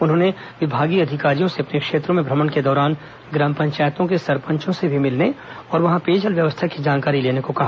उन्होंने विभागीय अधिकारियों से अपने क्षेत्रों में भ्रमण के दौरान ग्राम पंचायतों के सरपंचों से भी मिलने और वहां पेयजल व्यवस्था की जानकारी लेने को भी कहा